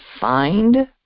find